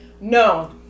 No